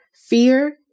fear